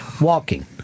walking